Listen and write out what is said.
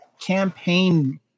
campaign